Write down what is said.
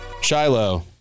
Shiloh